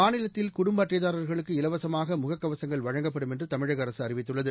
மாநிலத்தில் குடும்ப அட்டைதாரா்களுக்கு இலவசமாக முகக்கவசங்கள் வழங்கப்படும் என்று தமிழக அரசு அறிவித்துள்ளது